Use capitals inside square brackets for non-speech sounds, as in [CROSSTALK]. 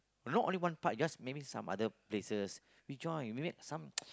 not only one part you just maybe some other places we join maybe some [NOISE]